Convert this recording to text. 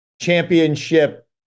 championship